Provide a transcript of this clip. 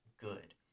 good